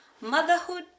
motherhood